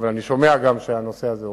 אבל אני שומע גם שהנושא הזה עובד.